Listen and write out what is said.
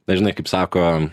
na žinai kaip sako